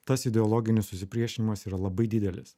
tas ideologinis susipriešinimas yra labai didelis